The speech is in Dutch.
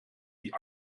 die